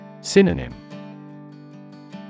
Synonym